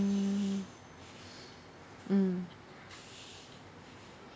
mm mm